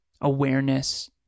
awareness